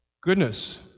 Goodness